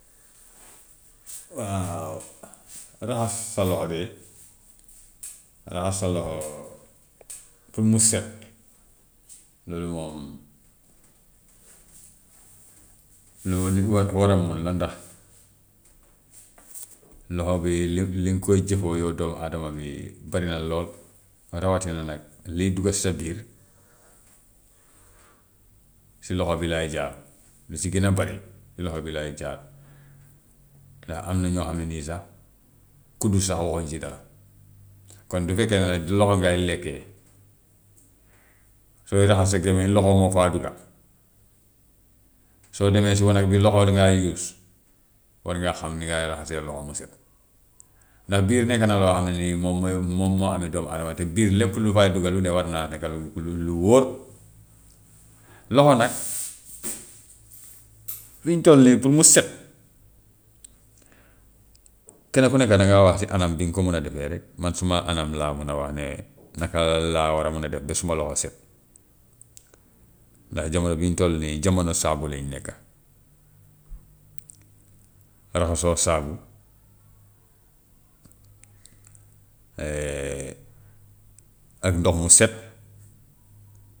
waaw raxas sa loxo de, raxas sa loxo pour mu set loolu moom lu nit war war a mun la ndax loxo bi li li nga koy jëfoo yow doomu adama bi bari na lool, rawatina nag luy dugga si sa biir si loxo bi lay jaar lu si gën a bari loxo bi lay jaar. Ndax am na ñoo xam ne nii sax kudd sax waxuñ si dara, kon du fekkee ne nag loxo ngay lekkee, sooy raxas sa gémméñ loxo moo fa dugga, soo demee si wanag bi loxo ngay use, war ngaa xam ni ngay raxasee loxo mu set. Ndax biir nekk na loo xam ne nii moom mooy moom moo ame doomu adama, te biir lépp lu fay dugg lu ne war naa nekk lu lu lu wóor. Loxo nag fi ñu toll nii pour mu set kenn ku nekka dangaa wax si anam bi nga ko mun a defee rek, man suma anam laa mun a wax ne naka laa war a mun a def ba suma loxo set, ndax jamono bi ñu toll nii jamono saabu lañu nekka. Raxasoo saabu ak ndox mu set.